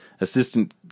assistant